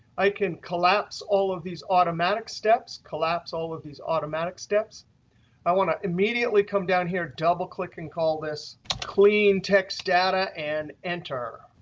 i can collapse all of these automatic steps. collapse all of these automatic steps i want to immediately come down here, double click, and call this clean text data, and enter.